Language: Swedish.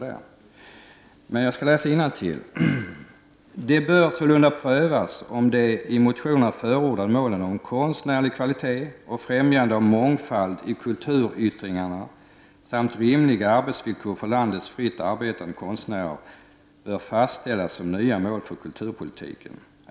Jag skall ändå läsa vad som skrivs i reservationen: ”Det bör sålunda prövas om de i motionerna förordade målen om konstnärlig kvalitet och främjande av mångfald i kulturyttringarna samt rimliga arbetsvillkor för landets fritt arbetande konstnärer bör fastställas som nya mål för kulturpolitiken.